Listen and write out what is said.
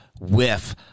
whiff